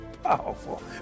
powerful